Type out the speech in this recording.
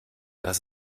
das